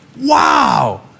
wow